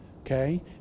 okay